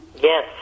Yes